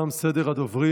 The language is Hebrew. תם סדר הדוברים.